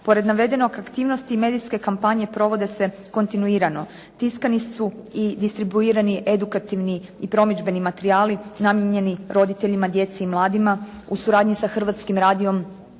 Pored navedenog, aktivnosti medijske kampanje provode se kontinuirano, tiskani su i distribuirani edukativni i promidžbeni materijali namijenjeni roditeljima, djeci i mladima u suradnji sa Hrvatskim radijom